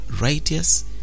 righteous